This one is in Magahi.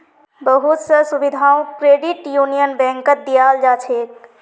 बहुत स सुविधाओ क्रेडिट यूनियन बैंकत दीयाल जा छेक